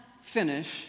finish